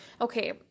okay